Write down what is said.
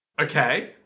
Okay